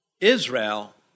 Israel